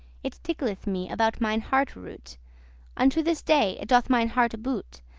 it tickleth me about mine hearte-root unto this day it doth mine hearte boot,